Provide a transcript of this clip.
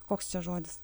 koks čia žodis